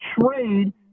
trade –